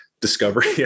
discovery